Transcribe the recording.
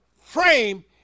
frame